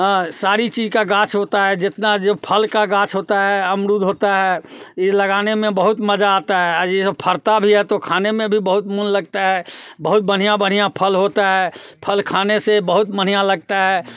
हाँ सारी चीज का गाछ होता है जितना जो फल का गाछ होता है अमरुद होता है ये लगाने में बहुत मजा आता है और ये फरता भी है तो खाने में भी बहुत मोन लगता है बहुत बढ़िया बढ़िया फल होता है फल खाने से बहुत बढ़िया लगता है